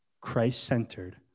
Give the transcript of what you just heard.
Christ-centered